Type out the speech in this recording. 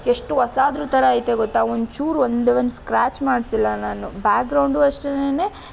ಎಷ್ಟು ಹೊಸಾದ್ರು ಥರ ಅಯ್ತೆ ಗೊತ್ತಾ ಒಂಚೂರು ಒಂದೇ ಒಂದು ಸ್ಕ್ರಾಚ್ ಮಾಡಿಸಿಲ್ಲ ನಾನು ಬ್ಯಾಗ್ರೌಂಡು ಅಷ್ಟೇನೇ